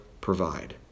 provide